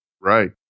right